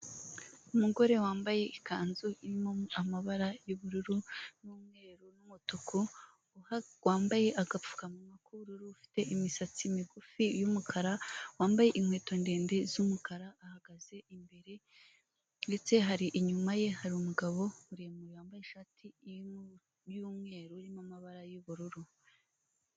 Umugore wambaye ikanzu irimo amabara y'ubururu n'umweru n'umutuku, wambaye agapfukamunwa k'ubururu ufite imisatsi migufi y'umukara, wambaye inkweto ndende z'umukara. Ahagaze imbere ndetse hari inyuma ye hari umugabo muremure wambaye ishati y'umweru irimo amabara y'ubururu.